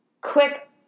Quick